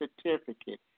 certificate